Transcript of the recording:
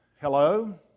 hello